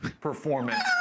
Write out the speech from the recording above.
performance